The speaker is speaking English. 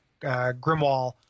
Grimwall